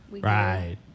Right